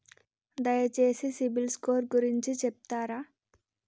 దయచేసి సిబిల్ స్కోర్ గురించి చెప్తరా?